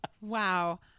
Wow